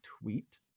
tweet